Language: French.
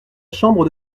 chambre